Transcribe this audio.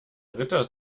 ritter